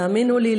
תאמינו לי,